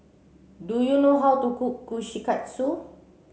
do you know how to cook Kushikatsu